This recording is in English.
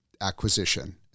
acquisition